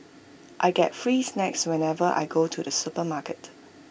I get free snacks whenever I go to the supermarket